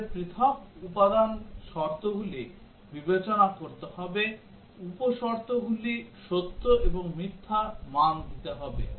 আমাদের পৃথক উপাদান শর্তগুলি বিবেচনা করতে হবে উপ শর্তগুলি সত্য এবং মিথ্যা মান দিতে হবে